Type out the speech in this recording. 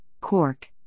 cork